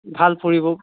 ভাল